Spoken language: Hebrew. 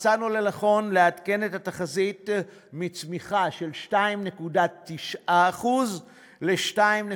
מצאנו לנכון לעדכן את התחזית מצמיחה של 2.9% ל-2.4%,